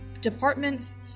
departments